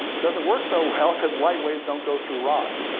doesn't work so well, cause light waves don't go through rocks,